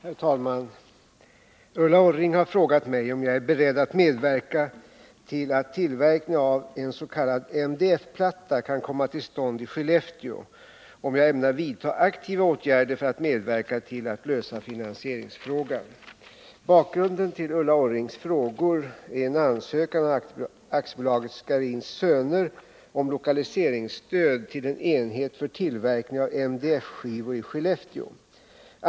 Herr talman! Ulla Orring har frågat mig om jag är beredd att medverka till att tillverkning av en s.k. MDF-platta kan komma till stånd i Skellefteå och om jag ämnar vidta aktiva åtgärder för att medverka till att lösa finansieringsfrågan. Bakgrunden till Ulla Orrings frågor är en ansökan av AB Scharins Söner om lokaliseringsstöd till en enhet för tillverkning av MDF-skivor i Skellefteå.